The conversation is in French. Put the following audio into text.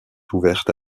ouverte